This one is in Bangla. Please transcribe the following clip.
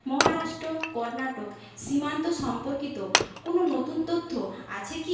মহারাষ্ট্র কর্ণাটক সীমান্ত সম্পর্কিত কোনও নতুন তথ্য আছে কি